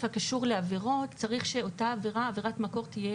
הקשור לעבירות צריך שאותה עבירת מקור תהיה